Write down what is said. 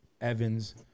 Evans